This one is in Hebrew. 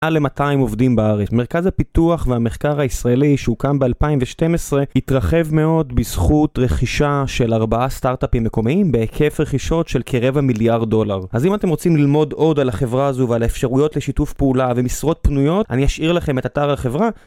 על 200 עובדים בארץ, מרכז הפיתוח והמחקר הישראלי שהוקם ב-2012 התרחב מאוד בזכות רכישה של 4 סטארטאפים מקומיים בהיקף רכישות של כ-4 מיליארד דולר אז אם אתם רוצים ללמוד עוד על החברה הזו ועל האפשרויות לשיתוף פעולה ומשרות פנויות, אני אשאיר לכם את אתר החברה